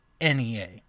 NEA